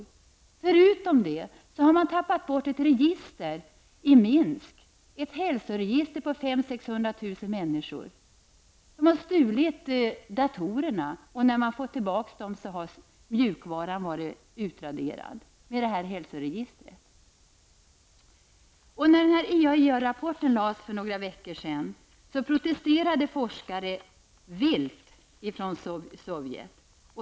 Man har, förutom detta, i Minsk tappat bort ett hälsoregister över 500 000 till 600 000 människor. Man har stulit datorerna, och när man återfått dem har mjukvaran -- hälsoregistret -- varit utraderad. När denna IAEA-rapport kom för några veckor sedan protesterade forskare från Sovjet vilt.